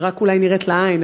היא רק אולי נראית לעין,